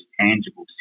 tangible